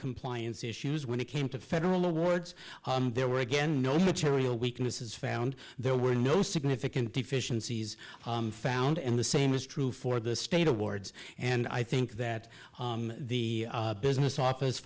noncompliance issues when it came to federal awards there were again no material weaknesses found there were no significant deficiencies found and the same is true for the state awards and i think that the business office